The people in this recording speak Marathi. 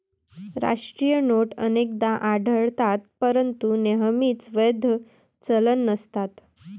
राष्ट्रीय नोट अनेकदा आढळतात परंतु नेहमीच वैध चलन नसतात